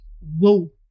whoa